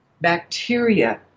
bacteria